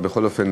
בכל אופן,